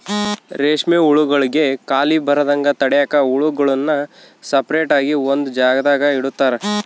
ರೇಷ್ಮೆ ಹುಳುಗುಳ್ಗೆ ಖಾಲಿ ಬರದಂಗ ತಡ್ಯಾಕ ಹುಳುಗುಳ್ನ ಸಪರೇಟ್ ಆಗಿ ಒಂದು ಜಾಗದಾಗ ಇಡುತಾರ